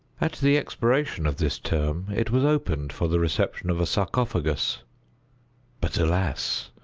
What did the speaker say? at the expiration of this term it was opened for the reception of a sarcophagus but, alas!